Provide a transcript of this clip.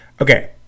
Okay